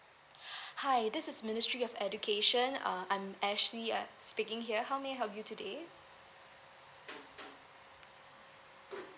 hi this is ministry of education uh um I'm ashley uh speaking here how may I help you today